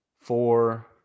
four